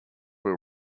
will